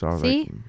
See